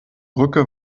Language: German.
brücke